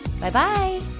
Bye-bye